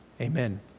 Amen